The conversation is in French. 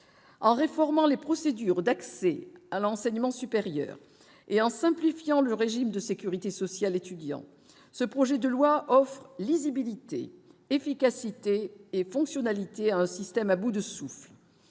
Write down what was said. en réformant les procédures d'accès à l'enseignement supérieur et en simplifiant le régime de sécurité sociale étudiant ce projet de loi offre : lisibilité efficacité et fonctionnalités un système à bout de souffle